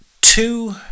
two